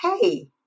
hey